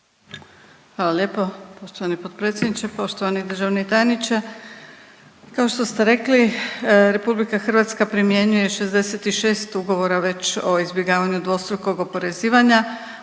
Hvala lijepo poštovani potpredsjedniče, poštovani državni tajniče. Kao što ste rekli Republika Hrvatska primjenjuje 66 ugovora već o izbjegavanju dvostrukog oporezivanja,